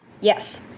Yes